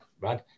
Right